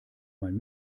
mein